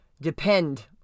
depend